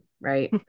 right